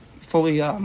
Fully